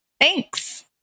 Thanks